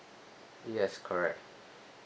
yes correct